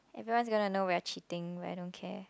everyone's gonna know we're cheating but I don't care